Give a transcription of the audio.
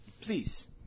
please